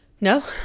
no